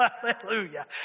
Hallelujah